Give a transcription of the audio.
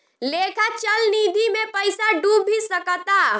लेखा चल निधी मे पइसा डूब भी सकता